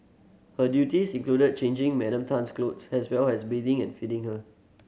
her duties included changing Madam Tan's clothes as well as bathing and feeding her